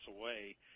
away